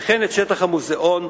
וכן את שטח המוזיאון,